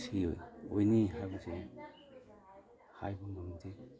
ꯁꯤ ꯑꯣꯏꯅꯤ ꯍꯥꯏꯕꯁꯤ ꯍꯥꯏꯕ ꯉꯝꯗꯦ